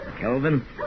Kelvin